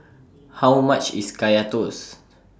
How much IS Kaya Toast